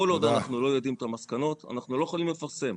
כל עוד אנחנו לא יודעים את המסקנות אנחנו לא יכולים לפרסם,